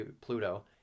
Pluto